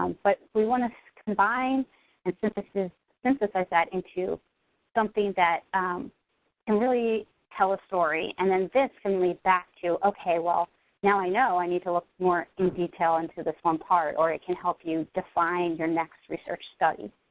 um but we want to combine and synthesized synthesized that into something that can and really tell a story and then this can lead back to, okay, well now i know i need to look more in detail into this one part, or it can help you define your next research study.